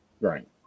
Right